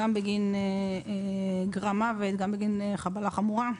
גם בגין גרם מוות וגם בגין חבלה חמורה.